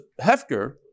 hefker